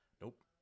Nope